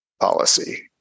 policy